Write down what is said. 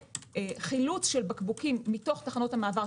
שחילוץ של בקבוקים מתוך תחנות המעבר,